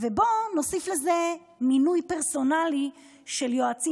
ובוא נוסיף לזה מינוי פרסונלי של יועצים